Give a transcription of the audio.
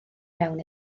mewn